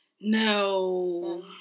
No